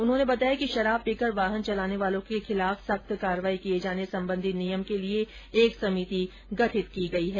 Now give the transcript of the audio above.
उन्होंने बताया कि शराब पीकर वाहन चलाने वालों के खिलाफ सख्त कार्रवाही किये जाने संबंधी नियम बनाने के लिए एक समिति गठित की गयी है